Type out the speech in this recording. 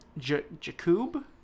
Jakub